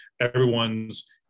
everyone's